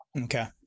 Okay